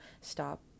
stop